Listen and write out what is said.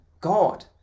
god